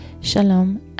Shalom